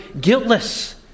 guiltless